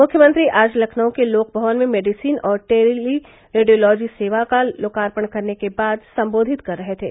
मुख्यमंत्री आज लखनऊ के लोक भवन में मेडिसिन और टेलीरेडियोलॉजी सेवा का लोकार्पण करने के बाद सम्बोधित कर रहे थे